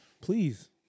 Please